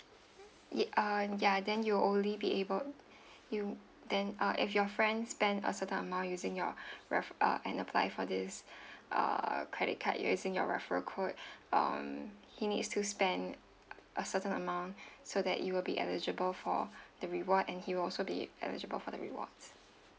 ye~ uh yeah then you will only be able you then uh if your friend spend a certain amount using your ref~ uh and apply for this uh credit card using your referral code um he needs to spend a certain amount so that you will be eligible for the reward and he will also be eligible for the rewards